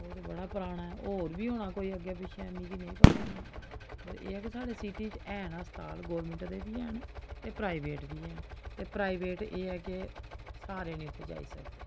ओह् ते बड़ा पराना ऐ होर बी होना कोई अग्गें पिच्छें मिकी निं पता होना पर एह् ऐ कि साढ़े सिटी च हैन अस्पताल गौरमैंट दे बी हैन ते प्राइवेट बी हैन ते प्राइवेट एह् ऐ कि सारे निं उत्थै जाई सकदे